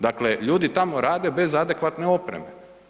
Dakle, ljudi tamo rade bez adekvatne opreme.